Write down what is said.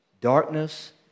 Darkness